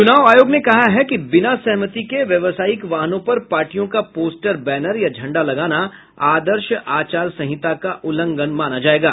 चुनाव आयोग ने कहा है कि बिना सहमति के व्यावसायिक वाहनों पर पार्टियों का पोस्टर बैनर या झंडा लगाना आदर्श आचार संहिता का उल्लंघन माना जायेगा